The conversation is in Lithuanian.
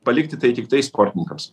palikti tai tiktai sportininkams